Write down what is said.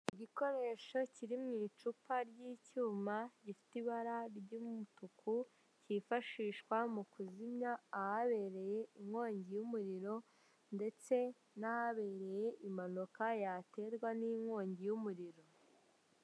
Igikoresho kiri mu icupa ry'icyuma, gifite ibara ririmo imituku cyifashishwa mu kuzimya ahabereye inkongi y'umuriro, ndetse n'ahabereye impanuka yaterwa n'inkongi y'umuriro.